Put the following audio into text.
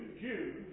Jew